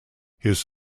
his